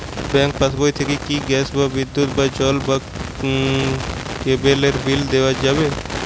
Bank পাশবই থেকে কি গ্যাস বা বিদ্যুৎ বা জল বা কেবেলর বিল দেওয়া যাবে?